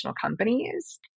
companies